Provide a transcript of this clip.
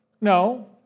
No